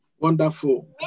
Wonderful